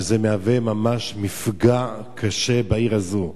שמהווה ממש מפגע קשה בעיר הזאת.